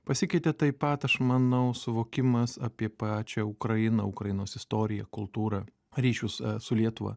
pasikeitė taip pat aš manau suvokimas apie pačią ukrainą ukrainos istoriją kultūrą ryšius su lietuva